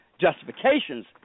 justifications